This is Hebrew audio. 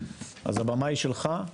אז הבמה היא שלך.